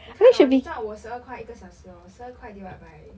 你看 orh 你赚我十二块一个小时 orh 十二块 divide by